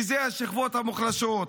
וזה השכבות המוחלשות.